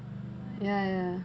ya ya